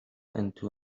into